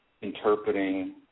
interpreting